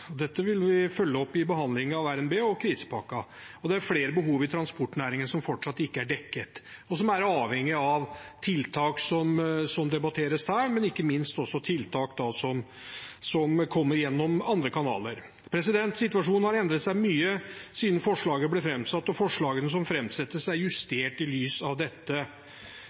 Dette vil vi følge opp i behandlingen av RNB og krisepakken. Det er flere behov i transportnæringen som fortsatt ikke er dekket, og som er avhengig av tiltak som debatteres her, men ikke minst også tiltak som kommer gjennom andre kanaler. Situasjonen har endret seg mye siden forslaget ble framsatt, og forslagene som framsettes, er justert i lys av dette.